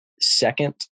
second